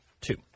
Two